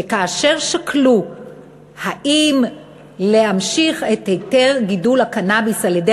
שכאשר שקלו אם להמשיך את היתר גידול הקנאביס על-ידי